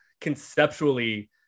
conceptually